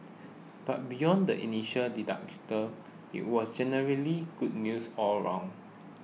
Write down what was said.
but beyond the initial deductible it was generally good news all round